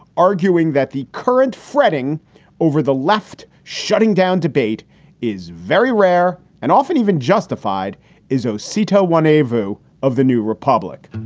arguing that the current fretting over the left shutting down debate is very rare and often even justified is a seeto one a view of the new republic?